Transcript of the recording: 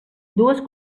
dues